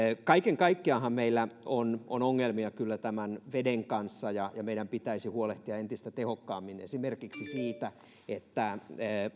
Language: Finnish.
kaiken kaikkiaanhan meillä kyllä on ongelmia tämän veden kanssa ja ja meidän pitäisi huolehtia entistä tehokkaammin esimerkiksi siitä että